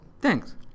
Thanks